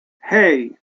hey